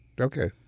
Okay